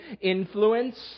influence